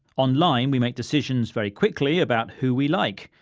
online we make decisions very quickly about who we like.